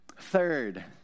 Third